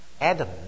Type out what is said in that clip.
Adam